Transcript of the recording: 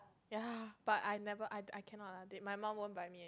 ya but I never I I cannot ah my mum won't buy me